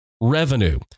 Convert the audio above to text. Revenue